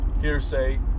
hearsay